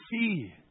see